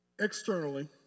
externally